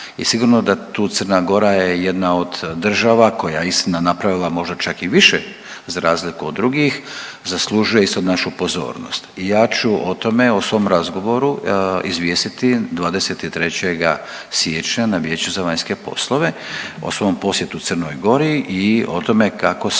i sigurno da tu Crna Gora je jedna od država, koja je, istina, napravila možda čak i više za razliku od drugih, zaslužuje isto našu pozornost i ja ću o tome, o svom razgovoru izvijestiti 23. siječnja na Vijeću za vanjske poslove o svom posjetu Crnoj Gori i o tome kako smo,